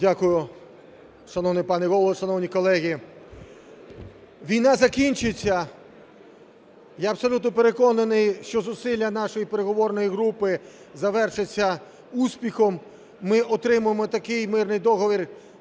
Дякую. Шановний пане Голово, шановні колеги! Війна закінчиться, я абсолютно переконаний, що зусилля нашої переговорної групи завершаться успіхом, ми отримаємо такий мирний договір,